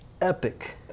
epic